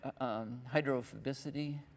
hydrophobicity